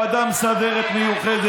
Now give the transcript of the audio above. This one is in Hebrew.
עמי.